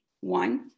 One